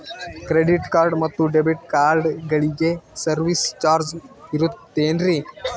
Credit card ಮತ್ತು debit ಕಾರ್ಡಗಳಿಗೆ service charge ಇರುತೇನ್ರಿ?